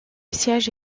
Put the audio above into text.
siège